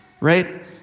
right